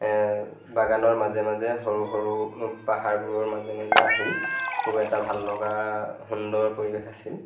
বাগানৰ মাজে মাজে সৰু সৰু পাহাৰবোৰৰ মাজে মাজে আহি খুব এটা ভাল লগা সুন্দৰ পৰিৱেশ আছিল